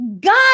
God